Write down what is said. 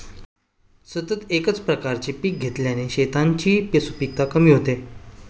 सतत एकाच प्रकारचे पीक घेतल्याने शेतांची सुपीकता कमी होते